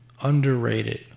underrated